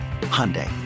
Hyundai